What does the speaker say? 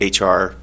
HR